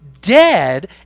dead